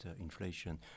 inflation